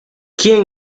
quién